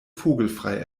vogelfrei